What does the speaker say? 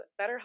BetterHelp